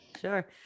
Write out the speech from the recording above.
sure